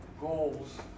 goals